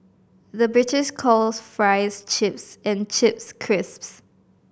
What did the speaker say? the British calls fries chips and chips crisps